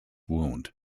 wound